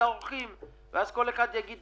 האם יש פעולה כזו או אחרת שהעובדים או המעסיקים